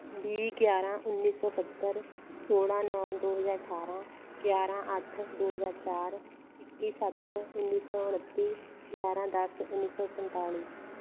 ਵੀਹ ਗਿਆਰ੍ਹਾਂ ਉੱਨੀ ਸੌ ਸੱਤਰ ਸੋਲ੍ਹਾਂ ਨੌ ਦੋ ਹਜ਼ਾਰ ਅਠਾਰ੍ਹਾਂ ਗਿਆਰ੍ਹਾਂ ਅੱਠ ਦੋ ਹਜ਼ਾਰ ਚਾਰ ਇੱਕੀ ਸੱਤ ਉੱਨੀ ਸੌ ਉਣੱਤੀ ਗਿਆਰ੍ਹਾਂ ਦਸ ਉੱਨੀ ਸੌ ਸੰਤਾਲੀ